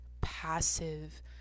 passive